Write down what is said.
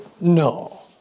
no